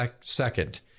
second